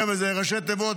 חבר'ה, זה ראשי תיבות.